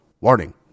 Warning